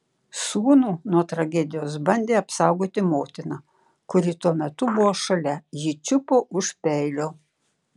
sūnų nuo tragedijos bandė apsaugoti motina kuri tuo metu buvo šalia ji čiupo už peilio